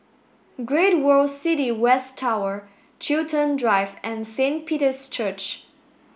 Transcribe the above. Great World City West Tower Chiltern Drive and Saint Peter's Church